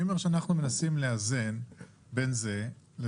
אנחנו מנסים לאזן בין זה מצד אחד,